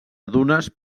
dunes